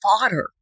fodder